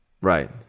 Right